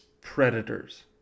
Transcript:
Predators